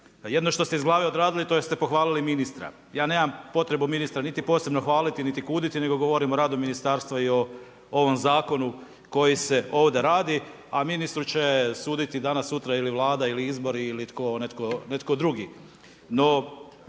Jedino što ste iz glave odradili to je da ste pohvalili ministra. Ja nemam potrebu ministra niti posebno hvaliti niti kuditi nego govorim o radu Ministarstva i o ovom Zakonu koji se ovdje radi, a ministru će suditi danas-sutra ili Vlada ili izbori ili netko drugi.